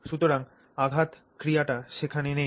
সুতরাং আঘাত ক্রিয়াটি সেখানে নেই